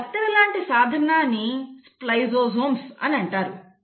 ఈ కత్తెర లాంటి సాధనాన్ని స్ప్లైసియోసోమ్స్ అని అంటారు